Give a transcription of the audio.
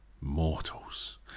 mortals